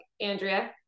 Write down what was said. Andrea